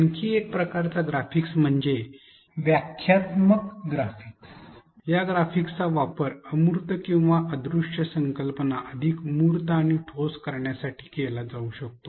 आणखी एक प्रकारचा ग्राफिक्स म्हणजे व्याख्यात्मक ग्राफिक्स या ग्राफिक्सचा वापर अमूर्त किंवा अदृश्य संकल्पना अधिक मूर्त आणि ठोस करण्यासाठी केला जाऊ शकतो